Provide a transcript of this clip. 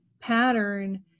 pattern